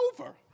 over